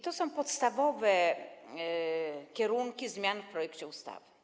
To są podstawowe kierunki zmian w projekcie ustawy.